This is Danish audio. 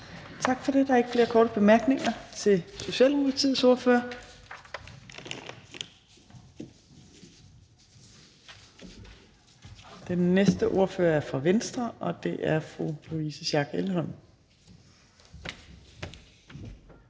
Tak for det. Der er ikke flere korte bemærkninger til Socialdemokratiets ordfører. Den næste ordfører er fra Venstre, og det er fru Louise Schack Elholm.